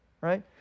right